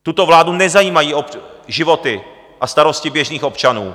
Tuto vládu nezajímají životy a starosti běžných občanů.